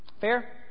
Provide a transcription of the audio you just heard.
Fair